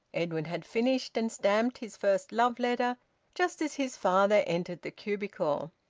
edwin had finished and stamped his first love-letter just as his father entered the cubicle.